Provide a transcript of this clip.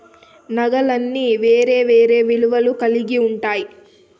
నాణాలన్నీ వేరే వేరే విలువలు కల్గి ఉంటాయి